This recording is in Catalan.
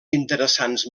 interessants